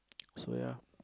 so ya